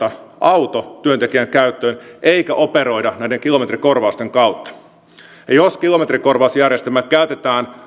auto työntekijän käyttöön eikä operoida näiden kilometrikorvausten kautta ja jos kilometrikorvausjärjestelmää käytetään